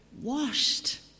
washed